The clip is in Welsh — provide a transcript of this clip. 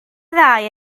ddau